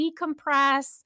decompress